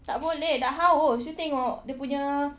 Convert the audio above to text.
tak boleh dah haus you tengok dia punya